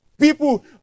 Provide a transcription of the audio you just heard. People